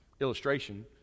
illustration